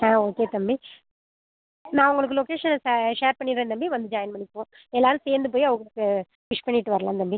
ஆ okay தம்பி நான் உங்களுக்கு லொக்கேஷனை ஷே ஷேர் பண்ணிடுறேன் தம்பி வந்து ஜாயின் பண்ணிக்கோங்க எல்லாேரும் சேர்ந்து போய் அவங்களுக்கு விஷ் பண்ணிவிட்டு வரலாம் தம்பி